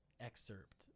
excerpt